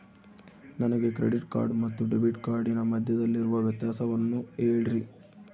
ನನಗೆ credit card ಮತ್ತು debit ಕಾರ್ಡಿನ ಮಧ್ಯದಲ್ಲಿರುವ ವ್ಯತ್ಯಾಸವನ್ನು ಹೇಳ್ರಿ?